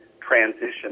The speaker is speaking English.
transition